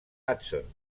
hudson